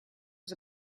was